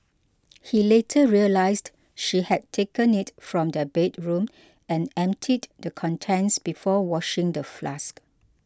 he later realised she had taken it from their bedroom and emptied the contents before washing the flask